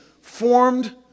formed